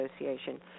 Association